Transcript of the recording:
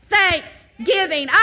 thanksgiving